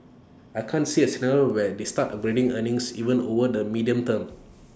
I can't see A scenario where they start upgrading earnings even over the medium term